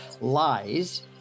lies